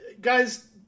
Guys